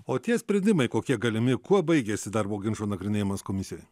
o tie sprendimai kokie galimi kuo baigiasi darbo ginčo nagrinėjimas komisijoj